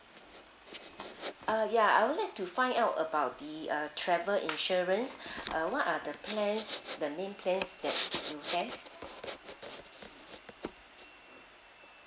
ah ya I would like to find out about the uh travel insurance uh what are the plans the main plans that you plan